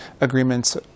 agreements